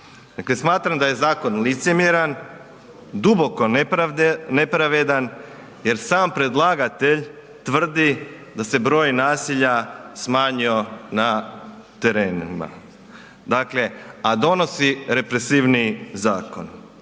smatram da je zakon licemjeran, duboko nepravedan jer sam predlagatelj tvrdi da se broj nasilja smanjio na terenima dakle, a donosi represivniji zakon.